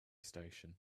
station